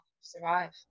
survive